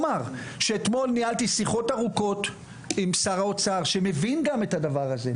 אתמול ניהלתי שיחות ארוכות עם שר האוצר שמבין את הדבר הזה,